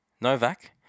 Novak